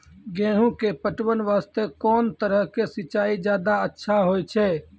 गेहूँ के पटवन वास्ते कोंन तरह के सिंचाई ज्यादा अच्छा होय छै?